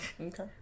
Okay